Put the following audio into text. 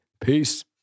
Peace